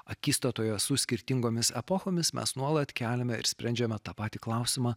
akistatoje su skirtingomis epochomis mes nuolat keliame ir sprendžiame tą patį klausimą